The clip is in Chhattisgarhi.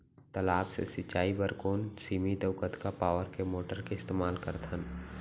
तालाब से सिंचाई बर कोन सीमित अऊ कतका पावर के मोटर के इस्तेमाल करथन?